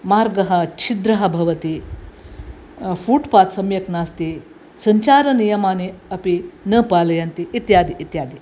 मार्गः छिद्रः भवति फ़ूट्पात् सम्यक् नास्ति सञ्चारनियमानि अपि न पालयन्ति इत्यादि इत्यादि